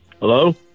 Hello